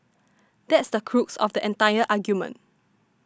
that's the crux of the entire argument